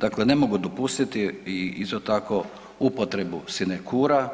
Dakle ne mogu dopustiti isto tako upotrebu sinekura,